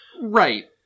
Right